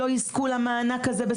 לא יזכו למענק הזה,